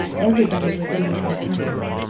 every body was at ease in her company,